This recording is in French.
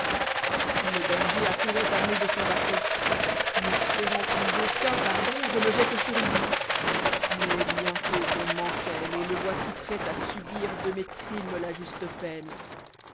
le berger accourait armé je sou bidon n'espérant plus aucun pardon je me jette sur lui mais bicutôt ou m'enchaîne et me voici prêt à subir de mes crimes la juste peine